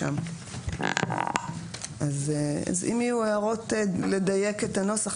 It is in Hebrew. אם יהיו הערות לדייק את הנוסח,